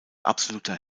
absoluter